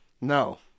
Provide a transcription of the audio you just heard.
No